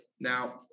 Now